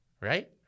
Right